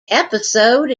episode